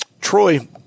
Troy